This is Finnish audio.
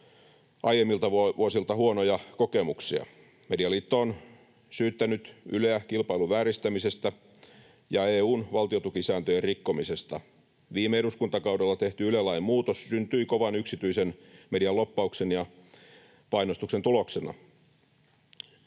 aiemmilta vuosilta huonoja kokemuksia. Medialiitto on syyttänyt Yleä kilpailun vääristämisestä ja EU:n valtiontukisääntöjen rikkomisesta. Viime eduskuntakaudella tehty Yle-lain muutos syntyi kovan yksityisen median lobbauksen ja painostuksen tuloksena.